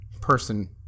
person